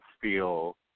feel